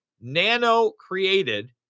nano-created